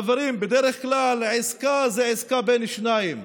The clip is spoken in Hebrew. חברים, בדרך כלל עסקה זה עסקה בין שניים,